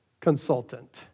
consultant